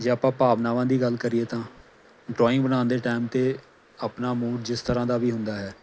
ਜੇ ਆਪਾਂ ਭਾਵਨਾਵਾਂ ਦੀ ਗੱਲ ਕਰੀਏ ਤਾਂ ਡਰਾਇੰਗ ਬਣਾਉਣ ਦੇ ਟਾਈਮ 'ਤੇ ਆਪਣਾ ਮੂਡ ਜਿਸ ਤਰ੍ਹਾਂ ਦਾ ਵੀ ਹੁੰਦਾ ਹੈ